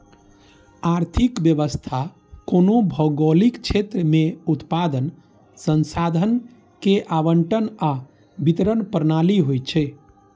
आर्थिक व्यवस्था कोनो भौगोलिक क्षेत्र मे उत्पादन, संसाधन के आवंटन आ वितरण प्रणाली होइ छै